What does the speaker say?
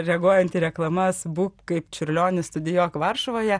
reaguojant į reklamas būk kaip čiurlionis studijuok varšuvoje